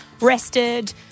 rested